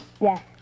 Yes